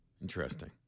Interesting